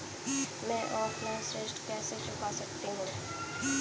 मैं ऑफलाइन ऋण कैसे चुका सकता हूँ?